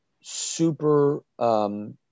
super